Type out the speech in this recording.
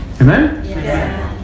Amen